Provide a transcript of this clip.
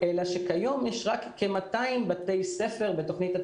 אלא שכיום יש רק כ-200 בתי ספר בתוכנית.